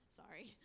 sorry